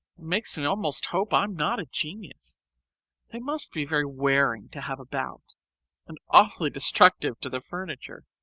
makes me almost hope i'm not a genius they must be very wearing to have about and awfully destructive to the furniture.